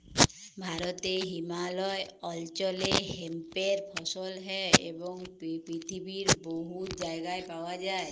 ভারতে হিমালয় অল্চলে হেম্পের ফসল হ্যয় এবং পিথিবীর বহুত জায়গায় পাউয়া যায়